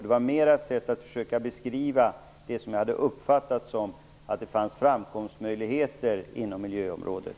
Detta var ett sätt att försöka beskriva att det som jag har uppfattat det finns framkomstmöjligheter inom miljöområdet.